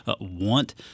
want